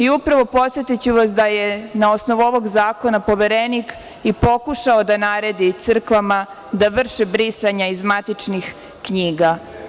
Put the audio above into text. Upravo, podsetiću vas da je na osnovu ovog zakona Poverenik i pokušao da naredi crkvama da vrše brisanja iz matičnih knjiga.